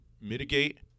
mitigate